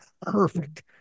perfect